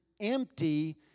empty